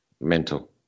mental